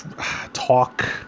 talk